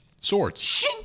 swords